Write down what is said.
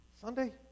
Sunday